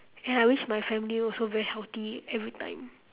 ya I wish my family also very healthy every time